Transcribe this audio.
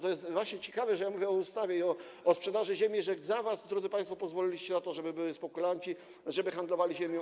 To jest właśnie ciekawe, że ja mówię o ustawie i o sprzedaży ziemi, że za was, drodzy państwo, pozwoliliście na to, żeby byli spekulanci, żeby handlowali ziemią.